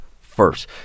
first